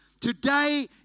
Today